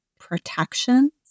protections